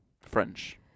French